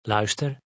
Luister